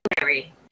Mary